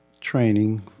training